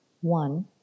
one